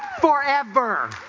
forever